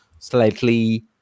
slightly